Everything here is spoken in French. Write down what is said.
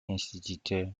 instituteur